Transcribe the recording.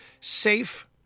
safe